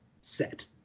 set